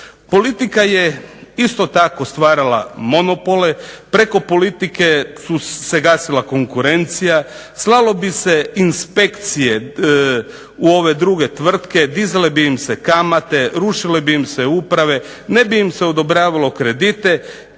Politika je isto tako stvarala monopole. Preko politike su se gasila konkurencija. Slalo bi se inspekcije u ove druge tvrtke. Dizale bi im se kamate, rušile bi im se uprave. Ne bi im se odobravalo kredite.